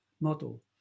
model